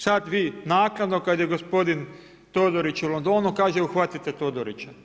Sad vi naknadno, kad je gospodin Todorić u Londonu, kaže uhvatite Todorića.